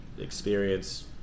experience